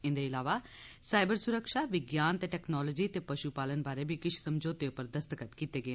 इन्दे इलावा साईबर सुरक्षा विज्ञान ते टैक्नोलोजी ते पशु पालन बारै बी किश समझौतें उप्पर दस्तखत कीते गे